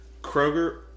Kroger